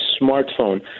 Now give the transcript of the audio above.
smartphone